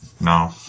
No